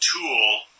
tool